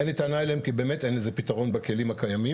אין לי טענה אליהם כי באמת אין לזה פתרון בכלים הקיימים.